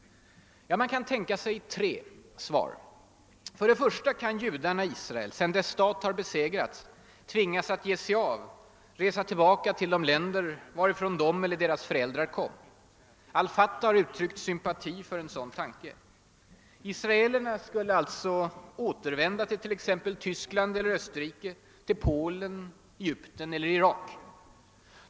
Man kan tänka sig tre svar. Den första lösningen är att judarna i Israel, sedan deras stat har besegrats, tvingas att ge sig av, resa »tillbaka» till de länder varifrån de eller deras föräldrar kom. al Fatah har uttryckt sympati för en sådan tanke. Israelerna skulle alltså återvända till t.ex. Tyskland eller Österrike, till Polen, Egypten eller Irak.